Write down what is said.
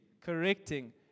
correcting